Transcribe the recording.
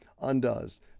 undoes